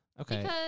Okay